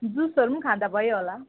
जुसहरू पनि खाँदा भयो होला